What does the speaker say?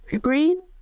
green